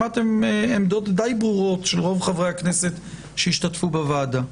שמעתם עמדות די ברורות של רוב חברי הכנסת שהשתתפו בוועדה.